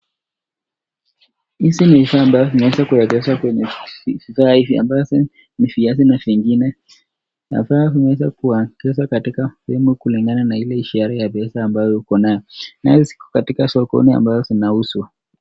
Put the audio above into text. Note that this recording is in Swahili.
Hizi ni vifaa ambavyo vimeeza kuegeshwa kwenye bidhaa hii ambavyo ni viazi na vingine nafaa zinaweza kuwapata katika sehemu kulingana na ile sherehe ya biashara ambayo uko nayo, nayo sikoni ambayo zinauzwa.